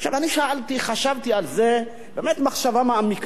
שאלתי, חשבתי על זה באמת מחשבה מעמיקה,